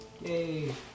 Yay